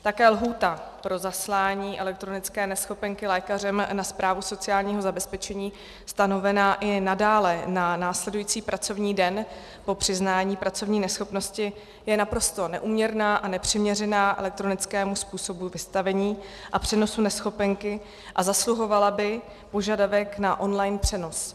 Také lhůta pro zaslání elektronické neschopenky lékařem na správu sociálního zabezpečení stanovená i nadále na následující pracovní den po přiznání pracovní neschopnosti je naprosto neúměrná a nepřiměřená elektronickému způsobu vystavení a přenosu neschopenky a zasluhovala by požadavek na online přenos.